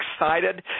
excited